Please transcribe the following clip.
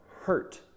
hurt